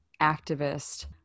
activist